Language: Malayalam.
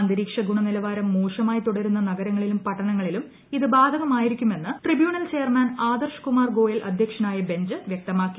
അന്തരീക്ഷ ഗുണനിലവാരം മോശമായി തുടരുന്ന നഗരങ്ങളിലും പട്ടണങ്ങളിലും ഇത് ബാധകമായിരിക്കും എന്ന് ട്രിബ്യൂണൽ ചെയർമാൻ ആദർശ് കുമാർ ഗോയൽ അധ്യക്ഷനായ ബെഞ്ച് വ്യക്തമാക്കി